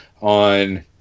on